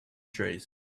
trees